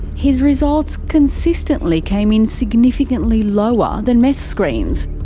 his results consistently came in significantly lower than meth screen's.